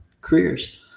careers